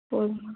போதுமா